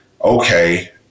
okay